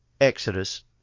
Exodus